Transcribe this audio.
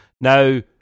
Now